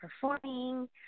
performing